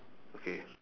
okay